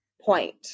Point